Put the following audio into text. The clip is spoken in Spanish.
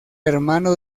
hermano